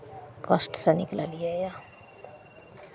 कष्टसँ निकललियैए